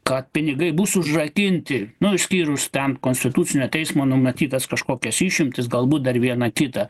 kad pinigai bus užrakinti nu išskyrus ten konstitucinio teismo numatytas kažkokias išimtis galbūt dar vieną kitą